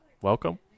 welcome